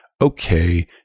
okay